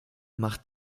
macht